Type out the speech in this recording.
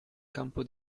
campo